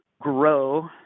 grow